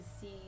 see